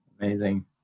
Amazing